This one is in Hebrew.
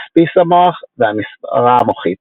כספיס המוח והמיספרה המוחית.